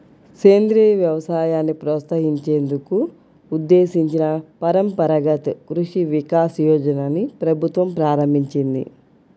సేంద్రియ వ్యవసాయాన్ని ప్రోత్సహించేందుకు ఉద్దేశించిన పరంపరగత్ కృషి వికాస్ యోజనని ప్రభుత్వం ప్రారంభించింది